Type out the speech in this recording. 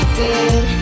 good